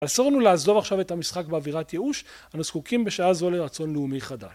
אסור לנו לעזוב עכשיו את המשחק באווירת ייאוש, אנו זקוקים בשעה זו לרצון לאומי חדש.